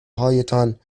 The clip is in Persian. هایتان